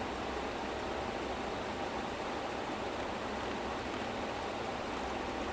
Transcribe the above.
or like he should at least they should at least do it like both streaming as well as theatres